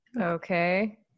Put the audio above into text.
okay